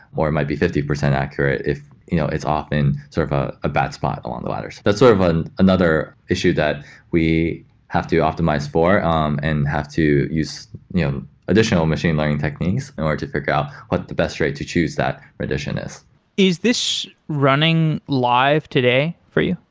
or it might be fifty percent accurate if you know it's often sort of ah a bad spot along the ladders. that's sort of and another issue that we have to optimize for um and have to use additional machine learning techniques, in order to figure out what the best rate to choose that rendition is is this running live today for you?